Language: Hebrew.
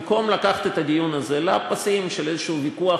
במקום לקחת את הדיון הזה לפסים של ויכוח